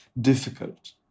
difficult